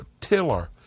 tiller